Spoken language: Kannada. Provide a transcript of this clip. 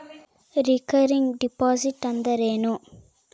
ರಿಕರಿಂಗ್ ಡಿಪಾಸಿಟ್ ಅಂದರೇನು?